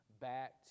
back